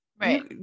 Right